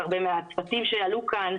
הרבה מהצוותים שעלו כאן,